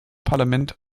parlament